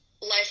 life